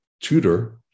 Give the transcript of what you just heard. tutor